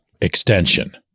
extension